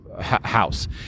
house